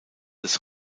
des